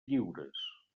lliures